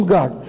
God